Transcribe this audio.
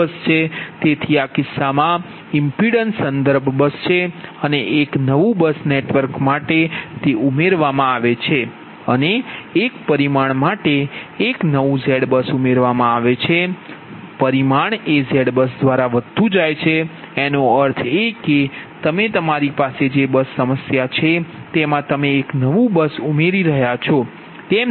તેથી આ કિસ્સામાં શાખામાં ઇમ્પિડન્સ સંદર્ભ બસ છે અને એક નવું બસ નેટવર્ક માટે તે ઉમેરવામાં આવે છે અને એક પરિમાણ માટે એક નવું ZBUS બસ ઉમેરવામાં આવે છે પરિમાણ એ ZBUS દ્વારા વધતું જાય છે એનો અર્થ એ કે તમે તમારી પાસે જે બસ સમસ્યા છે તેમા તમે એક નવું બસ ઉમેરી રહ્યા છો તેમ ધારીએ છીએ